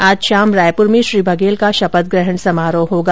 आज शाम रायप्र में श्री बघेल का शपथ ग्रहण समारोह होगा